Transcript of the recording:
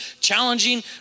challenging